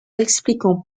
expliquant